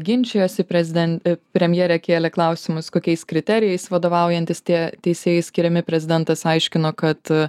ginčijosi premjerė kėlė klausimus kokiais kriterijais vadovaujantis tie teisėjai skiriami prezidentas aiškino kad na